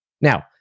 Now